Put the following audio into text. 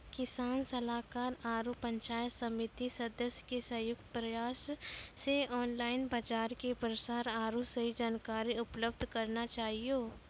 किसान सलाहाकार आरु पंचायत समिति सदस्य के संयुक्त प्रयास से ऑनलाइन बाजार के प्रसार आरु सही जानकारी उपलब्ध करना चाहियो?